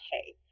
okay